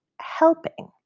helping